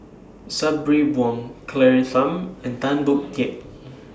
Sabri Buang Claire Tham and Tan Boon Teik